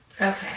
Okay